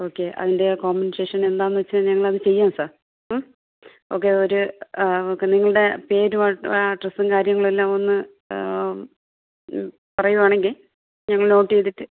okay അതിൻ്റെ compensation എന്താണെന്ന് വെച്ചാൽ ഞങ്ങളത് ചെയ്യാം സാർ ഓക്കെ ഒരു ഓക്കെ നിങ്ങളുടെ പേരും അഡ്രസ്സും കാര്യങ്ങളുമെല്ലാം ഒന്ന് പറയുകയാണെങ്കിൽ ഞങ്ങൾ നോട്ട് ചെയ്തിട്ട്